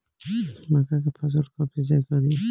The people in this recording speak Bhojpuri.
मका के फ़सल कब सिंचाई करी?